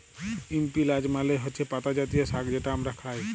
ইস্পিলাচ মালে হছে পাতা জাতীয় সাগ্ যেট আমরা খাই